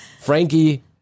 Frankie